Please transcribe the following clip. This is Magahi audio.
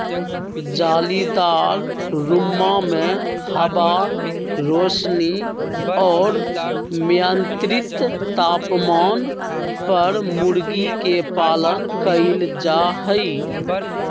जालीदार रुम्मा में हवा, रौशनी और मियन्त्रित तापमान पर मूर्गी के पालन कइल जाहई